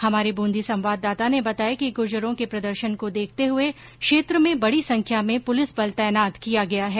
हमारे बूंदी संवाददाता ने बताया कि गुर्जरों के प्रदर्शन को देखते हये क्षेत्र में बड़ी संख्या में पुलिस बल तैनात किया गया है